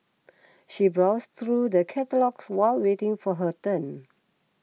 she browsed through the catalogues while waiting for her turn